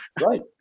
Right